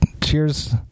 Cheers